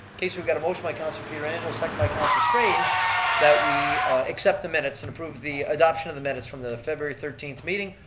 okay, so we've got a motion by councillor pietrangelo, second by councillor strange that we accept the minutes, and improve the adoption of the minutes from the february thirteenth meeting.